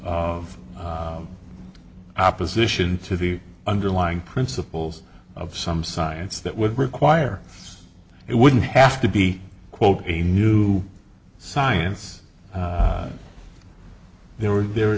of opposition to the underlying principles of some science that would require it wouldn't have to be quote a new science there were there